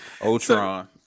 Ultron